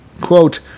quote